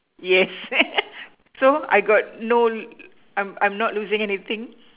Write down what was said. yes so I got no I'm I'm not losing anything